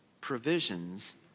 provisions